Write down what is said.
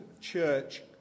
church